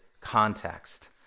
context